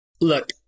look